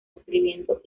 escribiendo